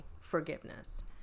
forgiveness